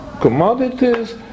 commodities